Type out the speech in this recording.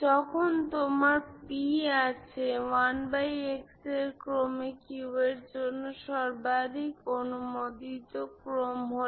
যখন তোমার p আছে 1x এর ক্রমে q এর জন্য সর্বাধিক অনুমোদিত ক্রম হল